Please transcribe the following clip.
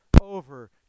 over